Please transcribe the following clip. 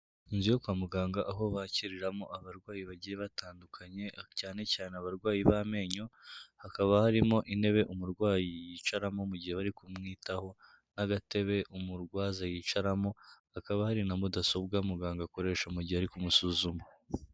Inzu yo kwa muganga, aho bakiriramo abarwayi bagiye batandukanye. Cyane cyane abarwayi b'amenyo, hakaba harimo intebe umurwayi yicaramo mu gihe bari kumwitaho n'agatebe umurwaza yicaramo. Hakaba hari na mudasobwa muganga akoresha mu gihe ari kumusuzuma.